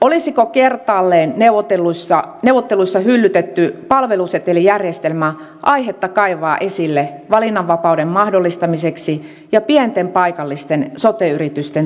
olisiko kertaalleen neuvotteluissa hyllytetty palvelusetelijärjestelmä aihetta kaivaa esille valinnanvapauden mahdollistamiseksi ja pienten paikallisten sote yritysten tueksi